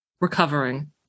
recovering